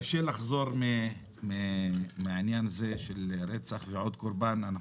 קשה לחזור מהעניין הזה של רצח ועוד קורבן,